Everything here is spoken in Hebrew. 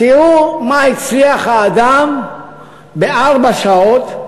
אז תראו מה הצליח האדם בארבע שעות,